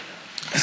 הבא.